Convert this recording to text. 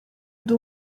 ndi